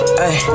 hey